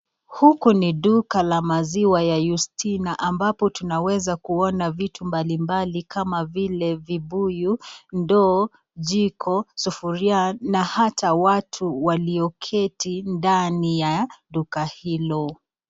Huku ni duka la maziwa ya Yustina ambapo tunaweza kuona vitu mbalimbali kama vile vibuyu, ndoo, jiko, sufuria na hata watu walioketi ndani ya duka hilo.